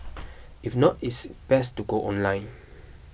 if not it is best to go online